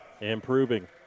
improving